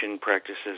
practices